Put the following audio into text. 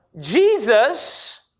Jesus